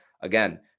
again